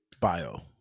bio